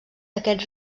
aquest